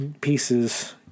pieces